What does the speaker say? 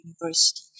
university